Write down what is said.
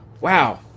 wow